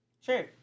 Sure